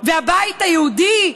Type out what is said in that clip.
והבית היהודי?